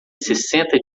sessenta